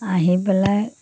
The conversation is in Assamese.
আহি পেলাই